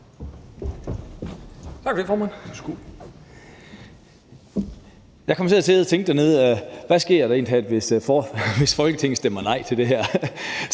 Tak for det, formand. Jeg kom til at sidde dernede og tænke på, hvad der egentlig talt sker, hvis Folketinget stemmer nej til det her.